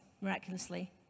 miraculously